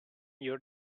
your